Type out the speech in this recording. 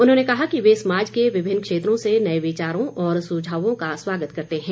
उन्होंने कहा कि वे समाज के विभिन्न क्षेत्रों से नए विचारों और सुझावों का स्वागत करते हैं